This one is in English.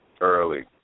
Early